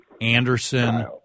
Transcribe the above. Anderson